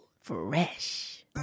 Fresh